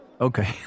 Okay